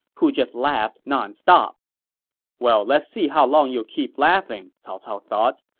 who just laughed nonstop well, let's see how long you'll keep laughing, cao cao thought.